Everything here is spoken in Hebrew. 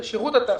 שירות התעסוקה.